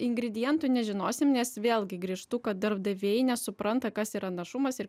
ingredientų nežinosim nes vėlgi grįžtu kad darbdaviai nesupranta kas yra našumas ir